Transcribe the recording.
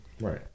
Right